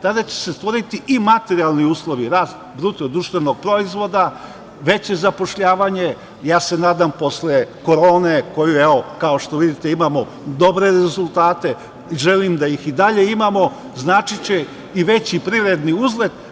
Tada će se stvoriti i materijalni uslovi, rast BDP, veće zapošljavanje, nadam se posle korone, kao što vidite imamo dobre rezultate i želim da ih i dalje imamo, značiće i veći privredni uzlet.